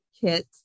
kit